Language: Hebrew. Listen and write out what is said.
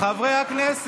חלש.